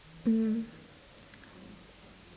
mm